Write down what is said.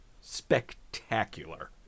spectacular